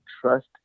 trust